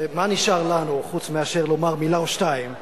מה נשאר לנו חוץ מאשר לומר מלה או שתיים במצבנו?